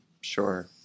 sure